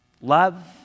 Love